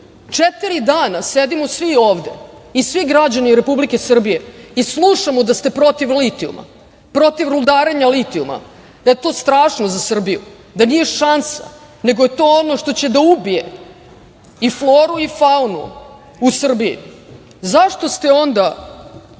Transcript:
četiri dana sedimo svi ovde i svi građani Republike Srbije i slušamo da ste protiv litijuma, protiv rudarenja litijuma, da je to strašno za Srbiju, da nije šansa, nego je to ono što će da ubije i floru i faunu Srbije, zašto ste onda,